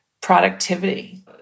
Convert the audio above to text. productivity